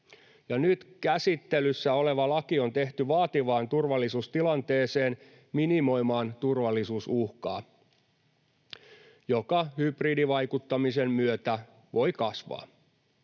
Nyt käsittelyssä oleva laki on tehty vaativaan turvallisuustilanteeseen minimoimaan turvallisuusuhkaa, joka hybridivaikuttamisen myötä voi kasvaa.